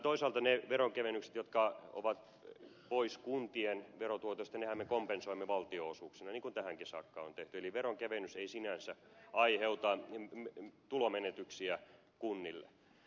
toisaalta ne veronkevennykset jotka ovat pois kuntien verotuotoista me kompensoimme valtionosuuksina niin kuin tähänkin saakka on tehty eli veronkevennys ei sinänsä aiheuta tulomenetyksiä kunnille